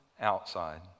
outside